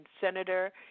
senator